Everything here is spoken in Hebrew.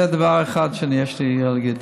זה דבר אחד שיש לי להגיד.